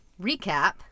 recap